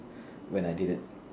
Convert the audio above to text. when I did it